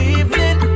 evening